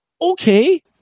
okay